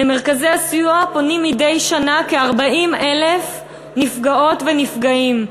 למרכזי הסיוע פונים מדי שנה כ-40,000 נפגעות ונפגעים,